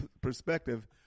perspective